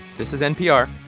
this is npr.